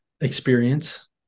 experience